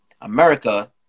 America